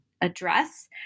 address